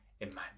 imagine